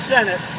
Senate